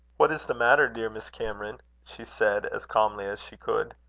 what is the matter, dear miss cameron? she said, as calmly as she could.